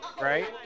Right